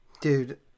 dude